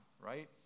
right